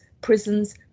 prisons